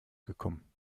gekommen